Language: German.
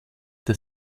der